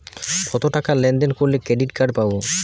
কতটাকা লেনদেন করলে ক্রেডিট কার্ড পাব?